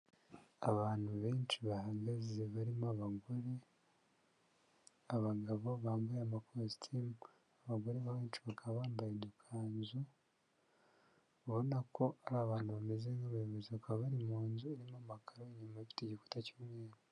Abantu benshi bahagaze barimo abagore abagabo bambaye amakositimu abagore benshi bakaba bambayedukanzu babona ko ari abantu bameze nk'abayobozi bakaba bari mu nzu y'paamagaro nyuma y'igiti gikuta cy'umweru.